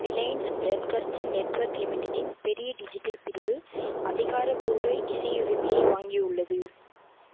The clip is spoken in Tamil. ரிலையன்ஸ் பிராட்காஸ்டிங் நெட்வொர்க் லிமிட்டடின் பெரிய டிஜிட்டல் பிரிவு அதிகாரப்பூர்வ இசை உரிமையை வாங்கிய உள்ளது